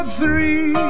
three